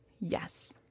yes